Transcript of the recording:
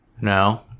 No